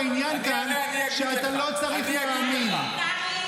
מה שאמרת פה, לא מאמינים לך.